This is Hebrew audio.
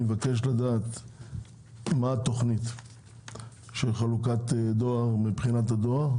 אני מבקש לדעת מה התוכנית לחלוקת הדואר מבחינת הדואר